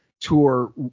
tour